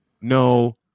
no